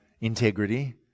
integrity